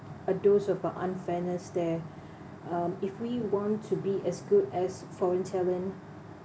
a dose of unfairness there um if we want to be as good as foreign talent